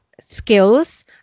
skills